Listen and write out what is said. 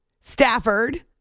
Stafford